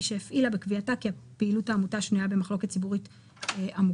שהפעילה בקביעתה כי פעילות העמותה שנויה במחלוקת ציבורית עמוקה.